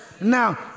Now